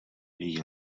její